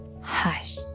hush